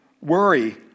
worry